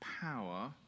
power